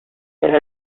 elle